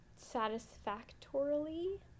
satisfactorily